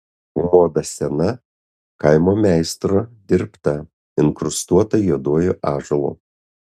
komoda sena kaimo meistro dirbta inkrustuota juoduoju ąžuolu